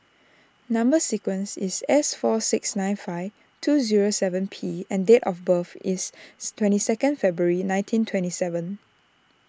Number Sequence is S four six nine five two zero seven P and date of birth is twenty second February nineteen twenty seven